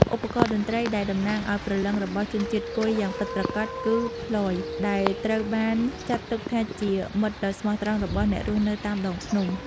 ឧបករណ៍តន្ត្រីដែលតំណាងឲ្យព្រលឹងរបស់ជនជាតិគុយយ៉ាងពិតប្រាកដគឺ ផ្លយ ដែលត្រូវបានចាត់ទុកថាជាមិត្តដ៏ស្មោះត្រង់របស់អ្នករស់នៅតាមដងភ្នំ។